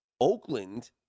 Oakland